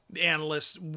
analysts